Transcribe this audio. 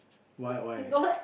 why why